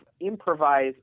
improvise